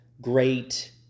great